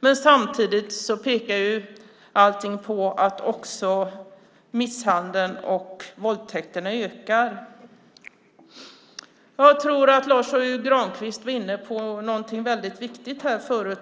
Men samtidigt pekar allting på att också misshandeln och våldtäkterna ökar. Jag tror att Lars U Granberg var inne på någonting väldigt viktigt.